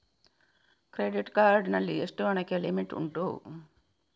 Credit card ನಲ್ಲಿ ಎಷ್ಟು ಹಣಕ್ಕೆ ಲಿಮಿಟ್ ಉಂಟು?